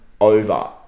over